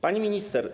Pani Minister!